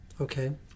Okay